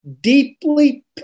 deeply